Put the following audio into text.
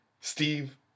Steve